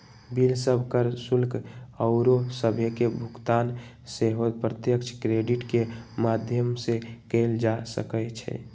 bill सभ, कर, शुल्क आउरो सभके भुगतान सेहो प्रत्यक्ष क्रेडिट के माध्यम से कएल जा सकइ छै